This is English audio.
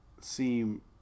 seem